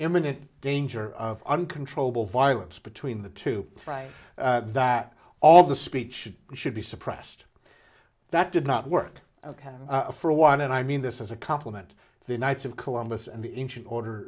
eminent danger of uncontrollable violence between the two that all the speech should be suppressed that did not work for a while and i mean this as a compliment to the knights of columbus and the ancient order